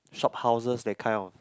shop houses that kind of